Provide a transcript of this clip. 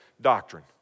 doctrine